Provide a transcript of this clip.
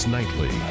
Nightly